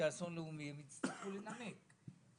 אסון לאומי והם יצטרכו לנמק את זה.